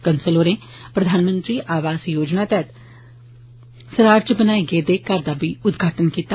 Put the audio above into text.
कंसाल होरें प्रधानमंत्री आवास योजना तैहत सरार इच नाए गेदे घर दा बी उदघाटन कीता